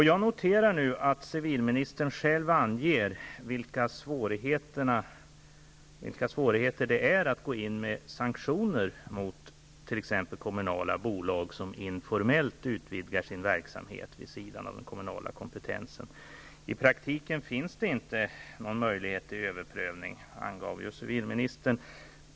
Jag noterar nu att civilministern själv anger vilka svårigheter det innebär att gå in med sanktioner mot t.ex. kommunala bolag som informellt utvidgar sin verksamhet vid sidan av den kommunala kompetensen. Som civilministern angav finns i praktiken ingen möjlighet till överprövning.